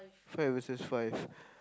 five versus five